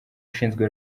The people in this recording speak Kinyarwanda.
ushinzwe